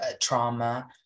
trauma